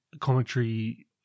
commentary